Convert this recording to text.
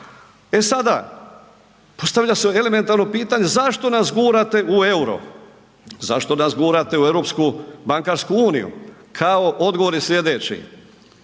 E sada, postavlja se elementarno pitanje zašto nas gurate u euro, zašto nas gurate u Europsku bankarsku uniju? Kao odgovor je sljedeće,